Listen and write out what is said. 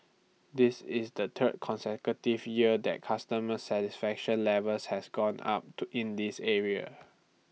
this is the third consecutive year that customer satisfaction levels has gone up to in this area